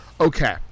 okay